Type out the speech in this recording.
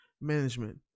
Management